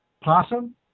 possum